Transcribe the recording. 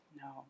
No